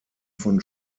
von